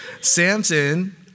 Samson